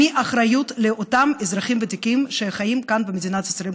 מאחריות לאותם אזרחים ותיקים שחיים כאן במדינת ישראל.